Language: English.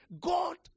God